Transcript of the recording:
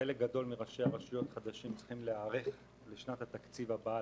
חלק גדול מראשי הרשויות החדשים צריכים להיערך לשנת התקציב הבאה,